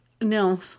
No